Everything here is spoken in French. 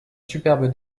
superbe